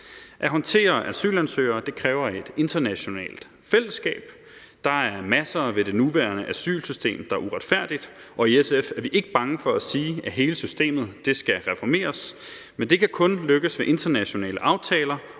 At håndtere asylansøgere kræver et internationalt fællesskab. Der er masser ved det nuværende asylsystem, der er uretfærdigt, og i SF er vi ikke bange for at sige, at hele systemet skal reformeres, men det kan kun lykkes ved internationale aftaler,